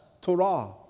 Torah